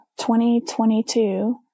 2022